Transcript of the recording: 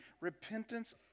Repentance